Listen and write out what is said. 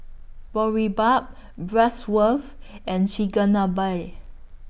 Boribap and Chigenabe